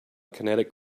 kinetic